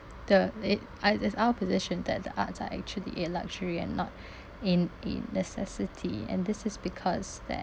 the it that's our position that the arts are actually a luxury and not in in necessity and this is because that